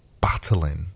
...battling